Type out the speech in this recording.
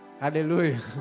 Hallelujah